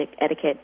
etiquette